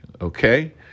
okay